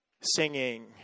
singing